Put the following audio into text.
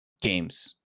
games